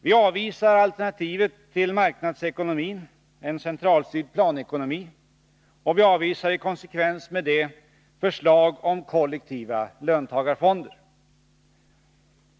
Vi avvisar alternativet till marknadsekonomin, en centralstyrd planekonomi, och vi avvisar i konsekvens med detta förslag om kollektiva löntagarfonder.